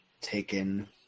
taken